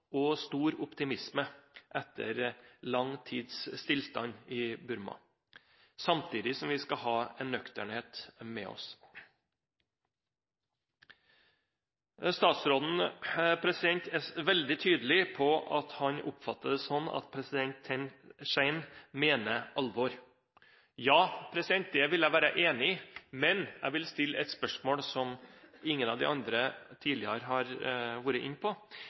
stor optimisme etter lang tids stillstand i Burma, samtidig som vi skal ha en nøkternhet med oss. Statsråden er veldig tydelig på at han oppfatter det slik at president Thein Sein mener alvor. Ja, det vil jeg være enig i, men jeg vil stille et spørsmål som ingen av de andre tidligere har vært inne på,